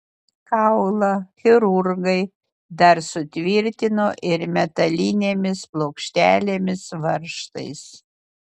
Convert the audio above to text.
kaulą chirurgai dar sutvirtino ir metalinėmis plokštelėmis varžtais